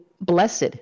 blessed